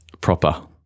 proper